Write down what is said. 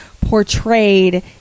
portrayed